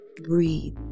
breathe